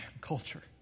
culture